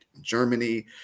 Germany